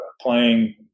playing